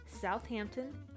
Southampton